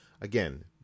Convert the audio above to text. Again